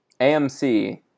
AMC